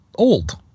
Old